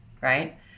right